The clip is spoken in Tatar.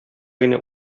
генә